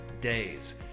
days